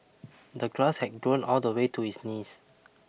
the grass had grown all the way to his knees